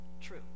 true